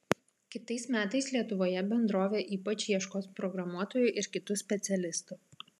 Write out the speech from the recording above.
kitais metais lietuvoje bendrovė ypač ieškos programuotojų ir kitų specialistų